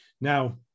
Now